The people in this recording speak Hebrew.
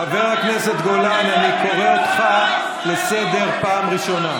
חבר הכנסת גולן, אני קורא אותך לסדר פעם ראשונה.